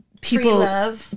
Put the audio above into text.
people